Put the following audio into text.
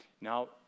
Now